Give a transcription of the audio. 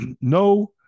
no